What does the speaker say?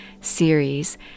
series